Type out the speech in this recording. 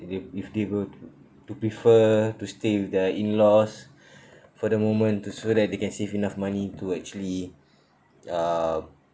if if they were to to prefer to stay with their in-laws for the moment to so that they can save enough money to actually uh